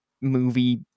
movie